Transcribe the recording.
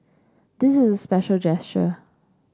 this is special gesture